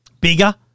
bigger